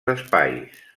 espais